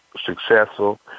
successful